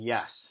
Yes